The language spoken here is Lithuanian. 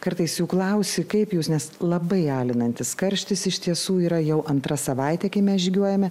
kartais jų klausiu kaip jūs nes labai alinantis karštis iš tiesų yra jau antrą savaitę kai mes žygiuojame